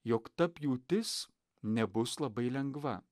jog ta pjūtis nebus labai lengva